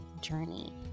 journey